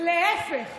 להפך,